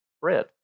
bread